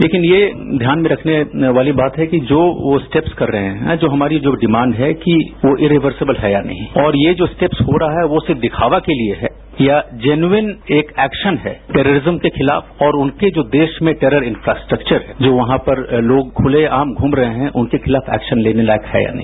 लेकिन ये ध्यान में रखने वाली बात है कि जो वो स्टेप्स कर रहे हैं हमारी जो डिमांड है कि वो इररिवेसिबल है या नहीं और ये जो स्टेप्स हो रहा है वो सिर्फ दिखावा के लिए है या जेनवेन एक एक्शन है टेररिज्म के खिलाफ और उनके जो देश में टेरर इन्फ्रास्टेक्वर है जो वहां पर लोग खुलेआम घूम रहे हैं उनके खिलाफ एक्शन लेने लायक है या नहीं